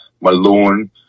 Malone